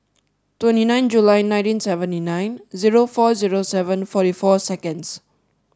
twenty nine July nineteen seventy nine zero four zero seven forty four seconds